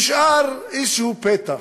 נשאר איזה פתח